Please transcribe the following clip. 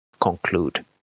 conclude